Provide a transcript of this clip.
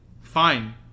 fine